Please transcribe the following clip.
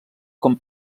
com